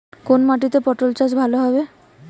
কোন মাটিতে পটল চাষ ভালো হবে?